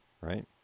right